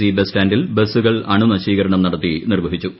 C ബസ്റ്റാന്റിൽ ബസുകൾ അണു നശീകരണം നടത്തി നിർവഹിച്ചു